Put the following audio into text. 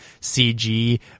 CG